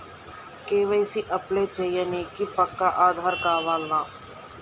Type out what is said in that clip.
KYC apply చేయనీకి పక్కా ఆధార్ కావాల్నా?